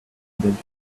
belles